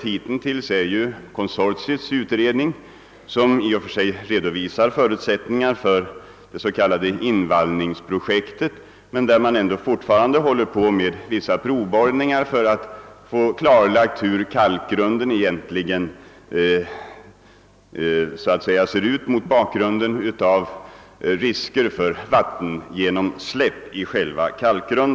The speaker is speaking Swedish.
Hittills föreligger konsortiets utredning som i och för sig redovisar förutsättningar för det s.k. invallningsprojektet, men fortfarande pågår vissa provborrningar för att klarlägga hur kalkgrunden ser ut med tanke på risker för vattengenomsläpp.